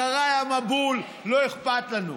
אחריי המבול, לא אכפת לנו.